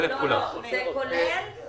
זה כולל את כולם.